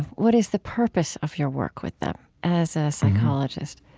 what is the purpose of your work with them as a psychologist?